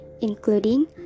including